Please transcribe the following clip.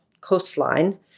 coastline